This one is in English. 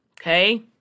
okay